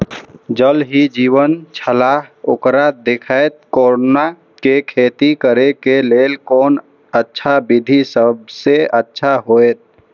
ज़ल ही जीवन छलाह ओकरा देखैत कोना के खेती करे के लेल कोन अच्छा विधि सबसँ अच्छा होयत?